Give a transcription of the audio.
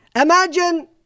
Imagine